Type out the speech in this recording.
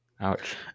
Ouch